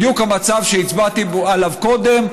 בדיוק המצב שהצבעתי עליו קודם,